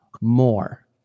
more